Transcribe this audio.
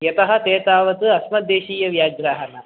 यतः ते तावत् अस्मद्देशीयव्याघ्राः न